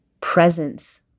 presence